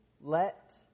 Let